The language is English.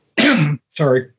Sorry